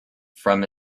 from